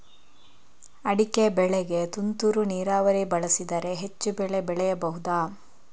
ಅಡಿಕೆ ಬೆಳೆಗೆ ತುಂತುರು ನೀರಾವರಿ ಬಳಸಿದರೆ ಹೆಚ್ಚು ಬೆಳೆ ಬೆಳೆಯಬಹುದಾ?